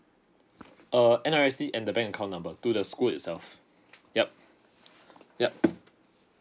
uh N_R_I_C and the bank account number to the school itself yup yup